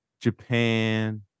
Japan